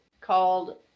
called